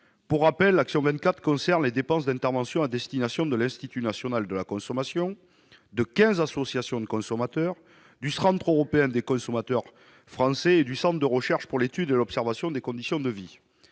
du programme 134 concerne les dépenses d'intervention à destination de l'Institut national de la consommation, l'INC, de quinze associations de consommateurs, du Centre européen des consommateurs France et du Centre de recherche pour l'étude et l'observation des conditions de vie.